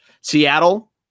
Seattle